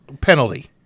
penalty